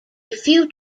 few